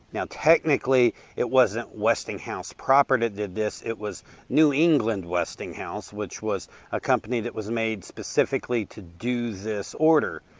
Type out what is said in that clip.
now technically it wasn't westinghouse proper to did this, it was new england westinghouse, which was a company that was made specifically to do this order.